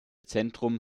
zentrum